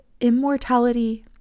immortality